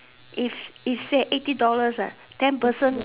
if is at eighty dollars ah ten person